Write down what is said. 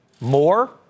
more